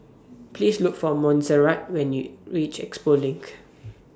Please Look For Monserrat when YOU REACH Expo LINK